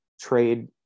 trade